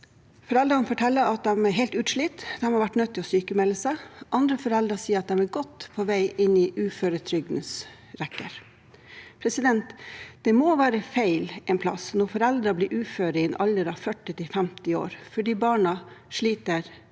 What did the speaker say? Foreldrene forteller at de er helt utslitte, de har vært nødt til å sykmelde seg, andre foreldre sier at de er godt på vei inn i uføretrygdens rekker. Det må være feil en plass når foreldre blir uføre i en alder av 40–50 år fordi barna sliter psykisk